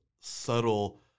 subtle